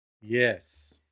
Yes